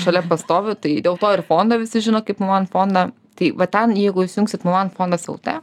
šalia pastoviu tai dėl to ir fondo visi žino kaip mulan fondą tai va ten jeigu įsijungsit mulan fondas el t